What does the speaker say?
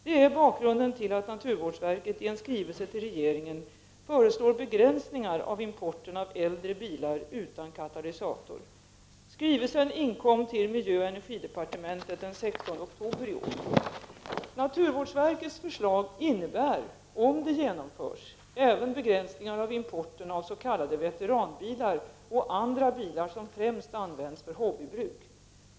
Det är bakgrunden till att naturvårdsverket i en skrivelse till regeringen föreslår begränsningar av importen av äldre bilar utan katalysator. Skrivelsen inkom till miljöoch energidepartementet den 16 oktober i år. Naturvårdsverkets förslag innebär, om det genomförs, även begränsningar av importen av s.k. veteranbilar och andra bilar som främst används för hobbybruk.